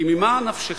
כי ממה נפשך?